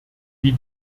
wie